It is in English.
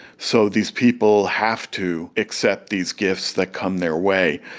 so these people have to accept these gifts that come their way.